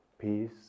peace